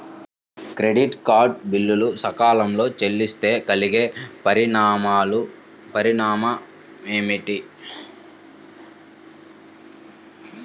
Credit card bill సకాలంలో చెల్లిస్తే కలిగే పరిణామాలేమిటి?